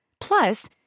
Plus